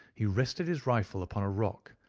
he rested his rifle upon a rock,